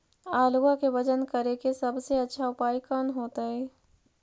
आलुआ के वजन करेके सबसे अच्छा उपाय कौन होतई?